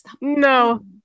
no